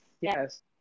Yes